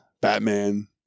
Batman